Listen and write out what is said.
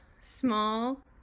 small